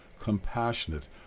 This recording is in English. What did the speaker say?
compassionate